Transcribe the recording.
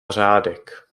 řádek